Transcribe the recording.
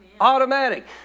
Automatic